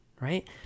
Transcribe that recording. right